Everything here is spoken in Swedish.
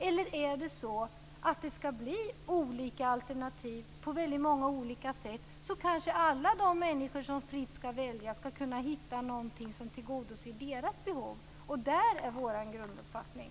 Om det finns olika alternativ, på väldigt många olika sätt, kan alla de människor som väljer fritt hitta någonting som tillgodoser deras behov. Det är vår grunduppfattning.